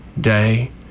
Day